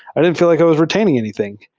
i didn't feel like i was reta ining anything.